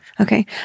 Okay